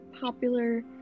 popular